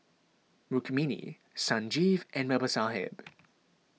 Rukmini Sanjeev and Babasaheb